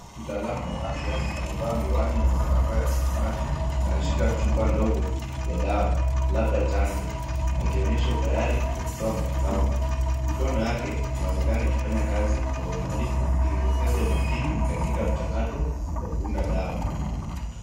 Mtaalamu wa afya amevaa miwani na barakoa ya samawati akishikilia chupa ndogo ya dawa labda chanjo akionyesha utayari ya kutoa matibabu . Mikono yake inaonekana ikifanya kazi kwa uangalifu ikidokeza umakini katika mchakato wa kuunda dawa.